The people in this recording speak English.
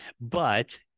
But-